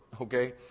Okay